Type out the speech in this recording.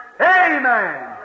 Amen